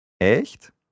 Echt